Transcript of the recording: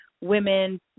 women